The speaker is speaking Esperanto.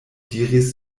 diris